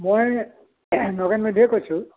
মই নগেন মেধিয়ে কৈছো